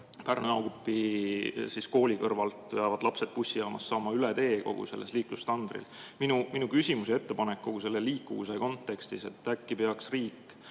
Pärnu-Jaagupi kooli kõrvalt peavad lapsed bussijaamast saama üle tee sellel liiklustandril. Minu küsimus ja ettepanek on kogu selle liikuvuse kontekstis, et äkki peaks riik